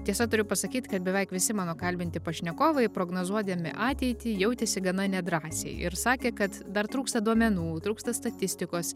tiesa turiu pasakyt kad beveik visi mano kalbinti pašnekovai prognozuodami ateitį jautėsi gana nedrąsiai ir sakė kad dar trūksta duomenų trūksta statistikos